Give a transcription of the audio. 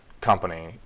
company